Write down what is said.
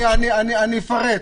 אני אפרט.